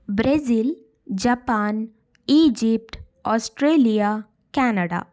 Brazil Japan Egypt Australia Canada